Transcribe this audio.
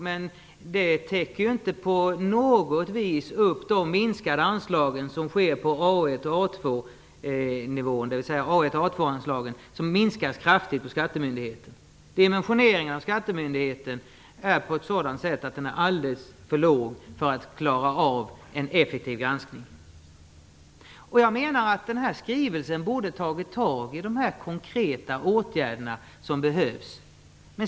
Men det täcker ju inte på något sätt den kraftiga minskning som sker på Dimensioneringen på skattemyndigheten är alldeles för låg för att klara av en effektiv granskning. Skrivelsen borde ha tagit fasta på de konkreta åtgärder som behövs.